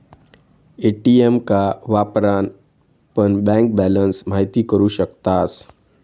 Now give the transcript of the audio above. ATM का वापरान पण बँक बॅलंस महिती करू शकतास